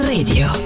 Radio